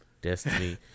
Destiny